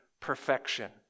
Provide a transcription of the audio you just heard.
perfection